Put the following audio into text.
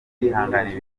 ibitekerezo